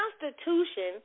Constitution